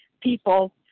people